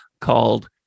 called